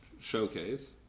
showcase